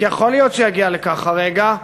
כי יכול להיות שיגיע הרגע לכך,